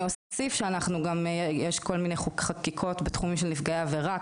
אוסיף שיש גם כל מיני חקיקות בתחום של נפגעי עבירה,